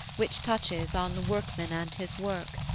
which touches on the workman and his work.